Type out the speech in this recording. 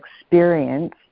experience